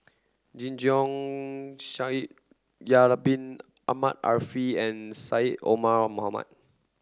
Jing Jun Shaikh Yahya Bin Ahmed Afifi and Syed Omar Mohamed